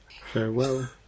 farewell